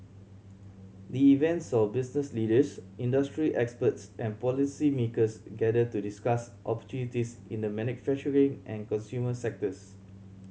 the event saw business leaders industry experts and policymakers gather to discuss opportunities in the manufacturing and consumer sectors